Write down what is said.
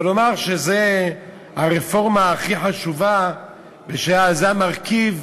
אבל לומר שזו הרפורמה הכי חשובה ושזה המרכיב